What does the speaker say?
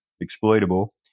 exploitable